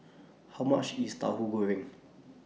How much IS Tahu Goreng